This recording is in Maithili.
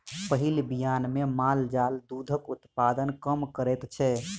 पहिल बियान मे माल जाल दूधक उत्पादन कम करैत छै